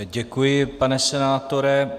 Děkuji, pane senátore.